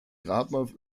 grabmal